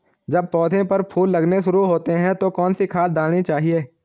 जब पौधें पर फूल लगने शुरू होते हैं तो कौन सी खाद डालनी चाहिए?